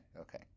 okay